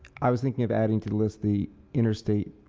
i was thinking of adding to the list the interstate